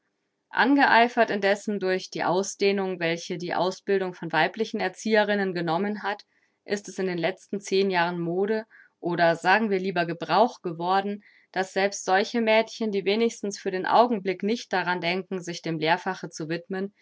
angeeifert indessen durch die ausdehnung welche die ausbildung von weiblichen erzieherinnen genommen hat ist es in den letzten zehn jahren mode oder sagen wir lieber gebrauch geworden daß selbst solche mädchen die wenigstens für den augenblick nicht daran denken sich dem lehrfache zu widmen